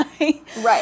Right